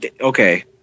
Okay